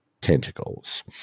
Tentacles